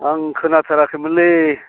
आं खोनाथाराखैमोनलै